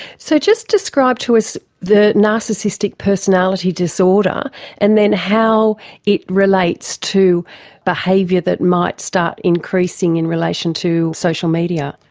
so just describe to us that narcissistic personality disorder and then how it relates to behaviour that might start increasing in relation to social media.